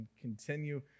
continue